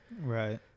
Right